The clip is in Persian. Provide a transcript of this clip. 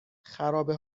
خرابه